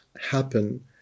happen